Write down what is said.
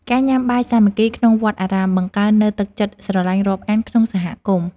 ការញ៉ាំបាយសាមគ្គីក្នុងវត្តអារាម បង្កើននូវទឹកចិត្តស្រឡាញ់រាប់អានក្នុងសហគមន៍។